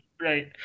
Right